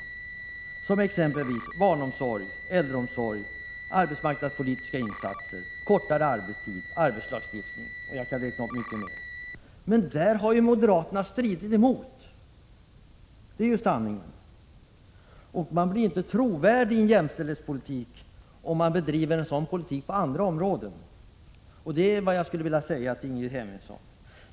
Det gäller exempelvis barnomsorg, äldreomsorg och arbetsmarknadspolitik: kortare arbetstid, arbetslagstiftning. Jag skulle kunna räkna upp mycket mer. Men på dessa områden har moderaterna kämpat emot — det är sanningen. Man blir emellertid inte trovärdig beträffande jämställdhetspolitiken om man bedriver en sådan politik på andra områden. Detta är vad jag skulle vilja säga till Ingrid Hemmingsson.